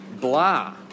blah